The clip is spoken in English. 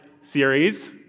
series